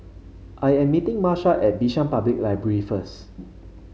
I am meeting Marsha at Bishan Public Library first